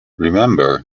remember